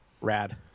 rad